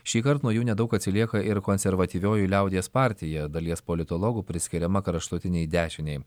šįkart nuo jų nedaug atsilieka ir konservatyvioji liaudies partija dalies politologų priskiriama kraštutinei dešinei